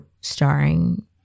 starring